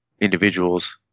individuals